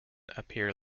appear